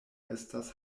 estas